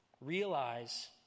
Realize